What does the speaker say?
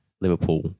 Liverpool